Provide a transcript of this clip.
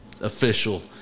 official